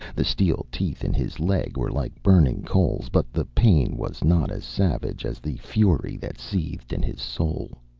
the steel teeth in his leg were like burning coals, but the pain was not as savage as the fury that seethed in his soul.